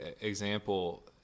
example